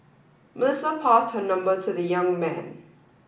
Melissa passed her number to the young man